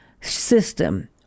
system